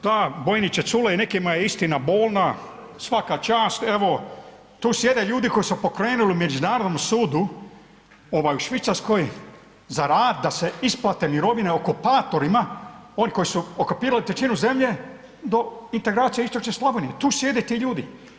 Da bojniče Culej nekima je istina bolna, svaka čast, evo tu sjede ljudi koji su pokrenuli međunarodnom sudu ovaj u Švicarskoj za rad da se isplate mirovine okupatorima oni koji su okupirali trećinu zemlje do integracije istočne Slavonije, tu sjede ti ljudi.